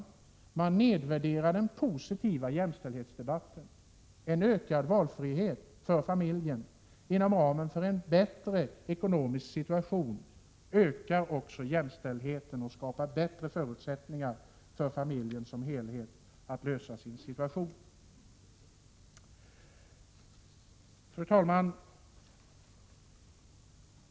Och man nedvärderar den positiva jämställdhetsdebatten. En ökad valfrihet för familjen inom ramen för en bättre ekonomisk situation ökar jämställdheten och skapar bättre förutsättningar för familjen som helhet att klara av sin situation. Fru talman!